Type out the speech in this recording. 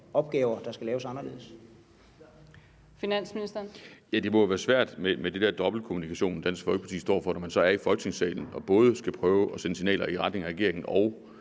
Kl. 16:58 Finansministeren (Bjarne Corydon): Det må være svært med den der dobbeltkommunikation, som Dansk Folkeparti står for, når man så er i Folketingssalen og både skal prøve at sende signaler i retning af regeringen og